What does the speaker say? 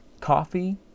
coffee